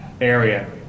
area